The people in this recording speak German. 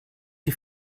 die